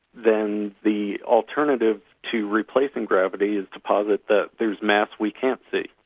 then the alternative to replacing gravity is to posit that there's mass we can't see.